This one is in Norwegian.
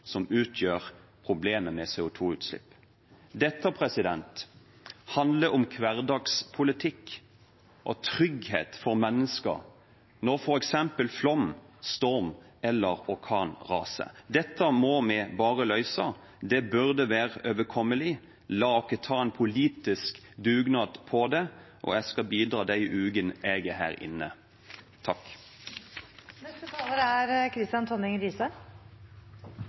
som utgjør problemet med CO 2 -utslipp. Dette handler om hverdagspolitikk og om trygghet for mennesker når f.eks. flom, storm eller orkan raser. Dette må vi bare løse. Det burde være overkommelig. La oss ta en politisk dugnad på det. Jeg skal bidra i de ukene jeg er her inne.